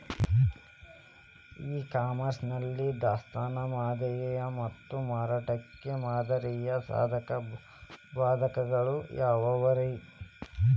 E commerce ನಲ್ಲಿ ದಾಸ್ತಾನು ಮಾದರಿ ಮತ್ತ ಮಾರುಕಟ್ಟೆ ಮಾದರಿಯ ಸಾಧಕ ಬಾಧಕಗಳ ಯಾವವುರೇ?